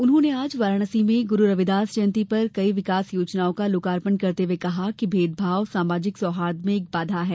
उन्होंने आज वाराणसी में गुरू रविदास जयंती पर कई विकास योजनाओं का लोकार्पण करते हुये कहा कि भेदभाव सामाजिक सौहार्द्र में एक बाधा है